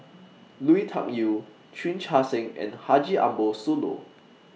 Lui Tuck Yew Chan Chee Seng and Haji Ambo Sooloh